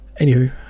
Anywho